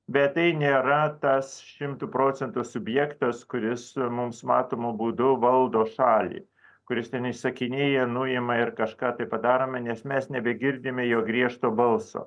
bet tai nėra tas šimtu procentų subjektas kuris mums matomu būdu valdo šalį kuris ten įsakinėja nuima ir kažką tai padarome nes mes nebegirdime jo griežto balso